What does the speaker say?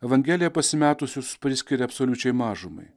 evangelija pasimetusius priskiria absoliučiai mažumai